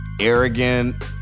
arrogant